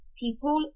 People